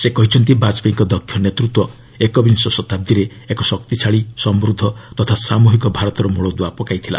ସେ କହିଛନ୍ତି ବାଜପେୟୀଙ୍କର ଦକ୍ଷ ନେତୃତ୍ୱ ଏକବିଂଶ ଶତାବ୍ଦୀରେ ଏକ ଶକ୍ତିଶାଳୀ ସମୃଦ୍ଧ ତଥା ସାମୁହିକ ଭାରତର ମୂଳଦୁଆ ପକାଇଥିଲା